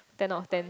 ten out of ten